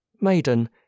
Maiden